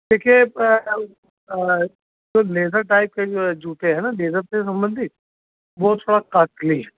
देखिए आ जो लेदर टाइप के जो जूते हैं ना लेदर से संबंधित वे थोड़ा कॉस्टली हैं